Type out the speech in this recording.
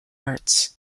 arts